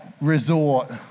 resort